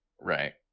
Right